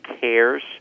cares